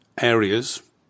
areas